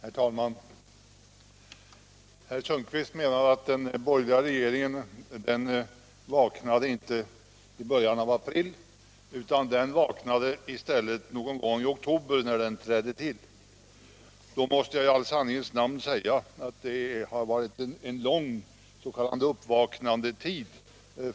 Herr talman! Herr Sundkvist sade att den borgerliga regeringen inte alls vaknade i början av april, utan den vaknade någon gång i oktober när den trädde till. Då måste jag säga att den här regeringen haft en lång uppvaknandetid!